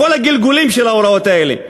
בכל הגלגולים של ההוראות האלה: